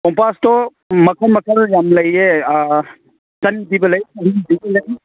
ꯀꯣꯝꯄꯥꯁꯇꯣ ꯃꯈꯜ ꯃꯈꯜ ꯌꯥꯝ ꯂꯩꯌꯦ ꯆꯅꯤ ꯄꯤꯕ ꯂꯩ ꯆꯍꯨꯝ ꯄꯤꯕ ꯂꯩ